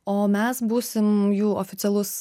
o mes būsim jų oficialus